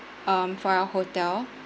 um for our hotel